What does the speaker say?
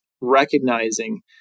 recognizing